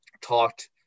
talked